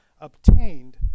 obtained